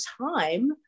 time